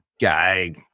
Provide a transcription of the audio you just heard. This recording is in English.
guy